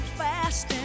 fast